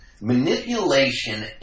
manipulation